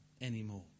anymore